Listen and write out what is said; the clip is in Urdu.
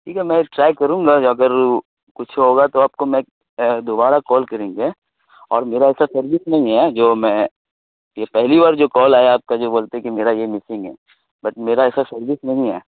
ٹھیک ہے میں ٹرائی کروں گا جو اگر کچھ ہوگا تو آپ کو میں دوبارہ کال کریں گے اور میرا ایسا سروس نہیں ہے جو میں یہ پہلی بار جو کال آیا آپ کا جو بولتے کہ میرا یہ مسنگ ہے بٹ میرا ایسا سروس نہیں ہے